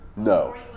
No